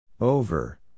Over